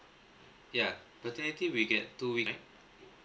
yeah paternity we get two weeks right